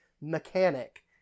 mechanic